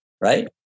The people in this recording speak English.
right